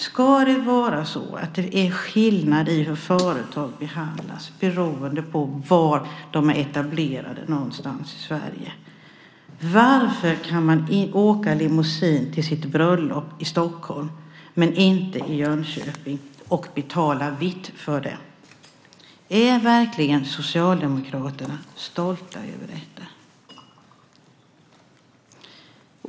Ska det vara så att det är skillnad i hur företag behandlas beroende på var någonstans i Sverige de är etablerade? Varför kan man åka limousine till sitt bröllop och betala vitt för det i Stockholm men inte i Jönköping? Är verkligen Socialdemokraterna stolta över detta?